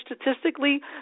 statistically